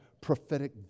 prophetic